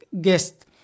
guest